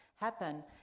happen